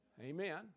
Amen